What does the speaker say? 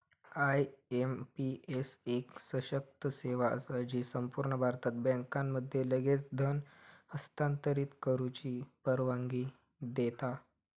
IMPS एक सशक्त सेवा असा जी संपूर्ण भारतात बँकांमध्ये लगेच धन हस्तांतरित करुची परवानगी देता